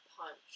punch